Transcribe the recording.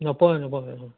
নপৰে নপৰে